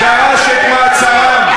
זאת לא שיטה לענות.